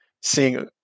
seeing